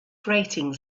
grating